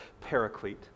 paraclete